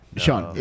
Sean